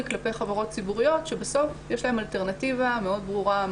כלפי חברות ציבוריות שבסוף יש להן אלטרנטיבה מאוד ברורה,